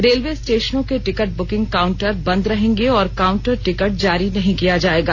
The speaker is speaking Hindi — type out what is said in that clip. रेलवे स्टेशनों के टिकट ब्रकिंग काउंटर बंद रहेंगे और काउंटर टिकट जारी नहीं किया जाएगा